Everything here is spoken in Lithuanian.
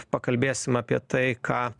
pakalbėsim apie tai ką